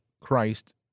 Christ